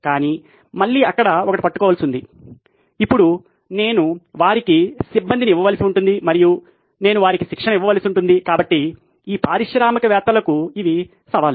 కానీ మళ్ళీ అక్కడ ఒకటి పట్టుకోవాల్సి ఉంది ఇప్పుడు నేను వారికి సిబ్బందిని ఇవ్వవలసి ఉంటుంది మరియు నేను వారికి శిక్షణ ఇవ్వవలసి ఉంటుంది కాబట్టి ఈ పారిశ్రామికవేత్తలకు ఇవి సవాళ్లు